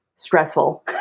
stressful